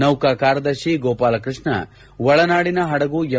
ನೌಕಾ ಕಾರ್ಯದರ್ಶಿ ಗೋಪಾಲಕೃಷ್ಣ ಒಳನಾದಿನ ಹಡಗು ಎಂ